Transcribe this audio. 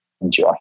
enjoy